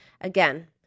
Again